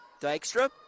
Dykstra